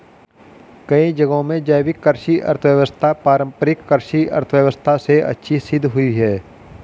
कई जगहों में जैविक कृषि अर्थव्यवस्था पारम्परिक कृषि अर्थव्यवस्था से अच्छी सिद्ध हुई है